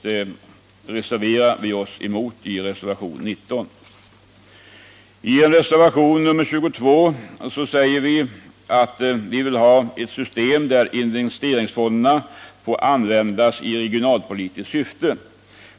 Detta reserverar vi oss emot i reservationen 19. I reservationen 22 vill vi moderater ha ett system, där investeringsfonderna skulle få användas i regionalpolitiskt syfte.